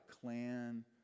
clan